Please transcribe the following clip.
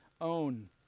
own